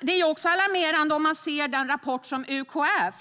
Likaså alarmerande är den rapport som UKÄ